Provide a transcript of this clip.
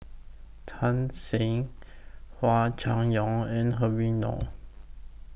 Tan Shen Hua Chai Yong and Habib Noh